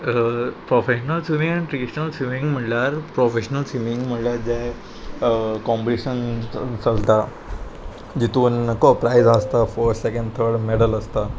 professional swimming आनी traditional swimming म्हल्यार professional swimming म्हळ्यार जे कॉम्पिटिशन चलता जितून कप प्रायज आसता फस्ट सेकेंड थर्ड मॅडल आसता